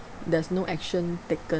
there's no action taken